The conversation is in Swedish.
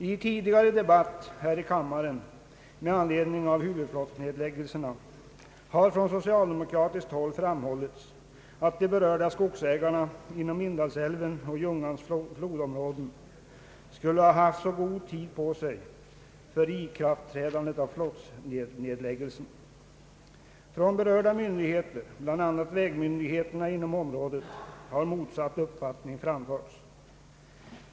I en tidigare debatt här i kammaren med anledning av huvudflottledsnedläggelserna har från socialdemokratiskt håll framhållits att de berörda skogsägarna inom Indalsälvens och Ljungans flodområden skulle ha haft god tid på sig före ikraftträdandet av flottledsnedläggelsen. Från berörda myndigheter, bl.a. vägmyndigheterna inom området, har motsatt uppfattning framförts.